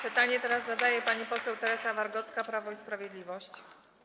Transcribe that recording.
Pytanie zadaje pani poseł Teresa Wargocka, Prawo i Sprawiedliwość.